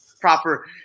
proper